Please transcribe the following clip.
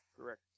Correct